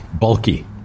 bulky